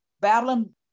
Babylon